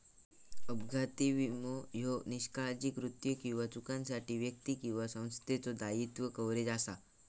अपघाती विमो ह्यो निष्काळजी कृत्यो किंवा चुकांसाठी व्यक्ती किंवा संस्थेचो दायित्व कव्हरेज असा